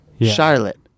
Charlotte